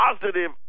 positive